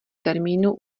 termínu